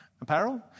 apparel